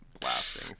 blasting